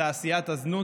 בתעשיית הזנות,